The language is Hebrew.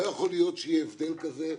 לא יכול להיות שיהיה הבדל כזה,